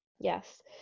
Yes